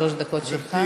שלוש דקות לרשותך.